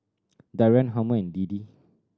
Darian Harmon and Deedee